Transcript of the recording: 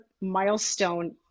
milestone